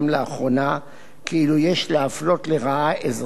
כאילו יש להפלות לרעה אזרחים שאינם יהודים.